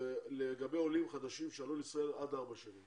לגבי עולים חודשים שעלו לישראל עד ארבע שנים.